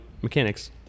Mechanics